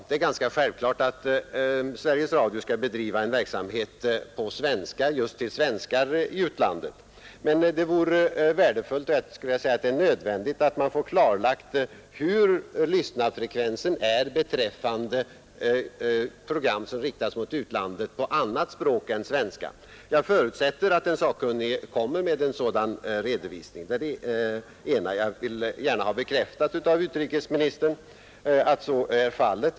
Det är ganska självklart att Sveriges Radio skall bedriva en verksamhet på svenska just till svenskar i utlandet. Men det vore värdefullt för att inte säga nödvändigt att man får klarlagt hur lyssnarfrekvensen är beträffande program som riktas mot utlandet på annat språk än svenska. Jag förutsätter att den sakkunnige kommer med en sådan redovisning. Det var den ena saken, och jag ville gärna av utrikesministern få bekräftat att så är fallet.